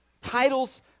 Titles